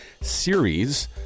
series